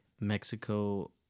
Mexico